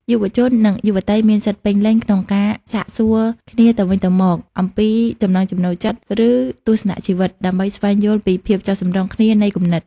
យុវជន និងយុវតីមានសិទ្ធិពេញលេញក្នុងការសាកសួរគ្នាទៅវិញទៅមកអំពីចំណង់ចំណូលចិត្ត ឬទស្សនជីវិត ដើម្បីស្វែងយល់ពីភាពចុះសម្រុងគ្នានៃគំនិត។